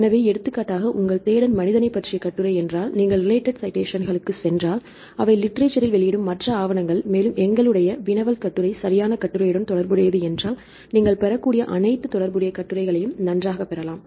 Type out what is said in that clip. எனவே எடுத்துக்காட்டாக உங்கள் தேடல் மனிதனை பற்றிய கட்டுரை என்றால் நீங்கள் ரிலேடட் சைட்டேசன்களுக்குச் சென்றால் அவை லிட்ரேசர்ரில் வெளியிடும் மற்ற ஆவணங்கள் மேலும் எங்களுடைய வினவல் கட்டுரை சரியான கட்டுரையுடன் தொடர்புடையது என்றால் நீங்கள் பெறக்கூடிய அனைத்து தொடர்புடைய கட்டுரைகளையும் நன்றாக பெறலாம்